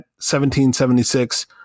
1776